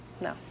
no